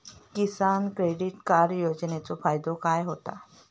किसान credit card योजनेचो फायदो काय होता?